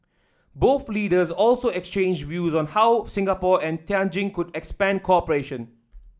both leaders also exchanged views on how Singapore and Tianjin could expand cooperation